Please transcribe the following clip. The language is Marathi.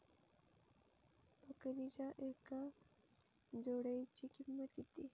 बकरीच्या एका जोडयेची किंमत किती?